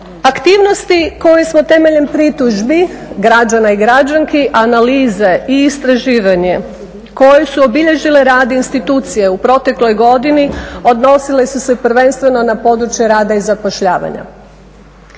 Aktivnosti koje smo temeljem pritužbi građana i građanki, analize i istraživanje koje su obilježile rad institucije u protekloj godini odnosile su se prvenstveno na područje rada i zapošljavanja,